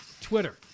twitter